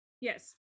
Yes